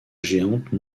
géante